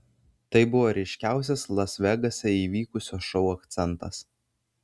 tai buvo ryškiausias las vegase įvykusio šou akcentas